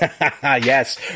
Yes